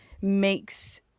makes